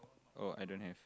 oh I don't have